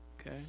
Okay